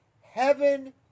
heaven